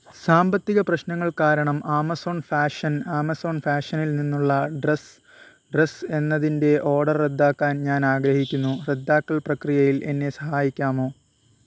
സാമ്പത്തിക പ്രശ്നങ്ങൾ കാരണം ആമസോൺ ഫാഷൻ ആമസോൺ ഫാഷനിൽ നിന്നുള്ള ഡ്രസ് ഡ്രസ് എന്നതിന്റെ ഓഡർ റദ്ദാക്കാൻ ഞാൻ ആഗ്രഹിക്കുന്നു റദ്ദാക്കൽ പ്രക്രിയയിൽ എന്നെ സഹായിക്കാമോ